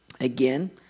again